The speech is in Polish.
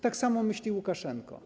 Tak samo myśli Łukaszenka.